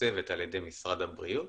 מעוצבת על ידי משרד הבריאות